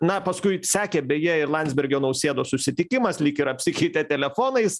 na paskui sekė beje ir landsbergio nausėdos susitikimas lyg ir apsikeitė telefonais